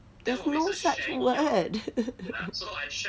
there's no such word